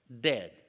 Dead